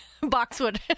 boxwood